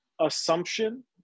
assumption